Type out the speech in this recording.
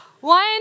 One